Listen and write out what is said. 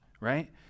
right